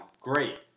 great